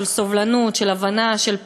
של סובלנות, של הבנה, של פתיחות,